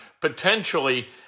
potentially